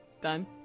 Done